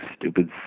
stupid